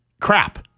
crap